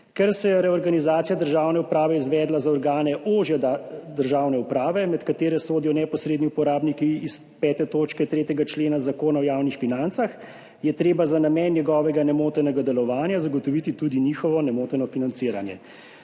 »Ker se je reorganizacija državne uprave izvedla za organe ožje državne uprave, med katere sodijo neposredni uporabniki iz pete točke 3. člena Zakona o javnih financah, je treba za namen njegovega nemotenega delovanja zagotoviti tudi njihovo nemoteno financiranje.